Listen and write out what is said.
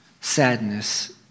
sadness